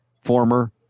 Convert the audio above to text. former